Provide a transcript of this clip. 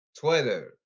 Twitter